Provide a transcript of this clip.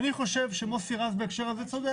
אני חושב שצודק חבר הכנסת מוסי רז, בהקשר הזה.